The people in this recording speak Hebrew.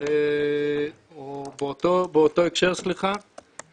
באותו הקשר אנחנו